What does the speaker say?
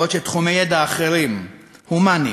בעוד תחומי ידע אחרים, הומניסטיים,